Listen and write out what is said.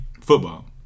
Football